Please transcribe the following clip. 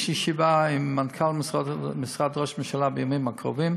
יש ישיבה עם מנכ"ל משרד ראש הממשלה בימים הקרובים,